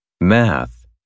math